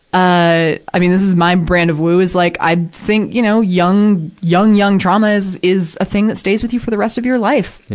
ah, i mean this is my brand of woo, is, like, i think, you know, young, young, young trauma is, is a thing that stays with you for the rest of your life.